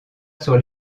sur